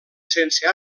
sense